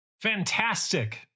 Fantastic